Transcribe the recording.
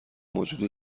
موجود